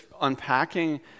unpacking